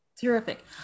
Terrific